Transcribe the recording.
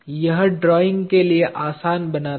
यह ड्राइंग के लिए आसान बनाता है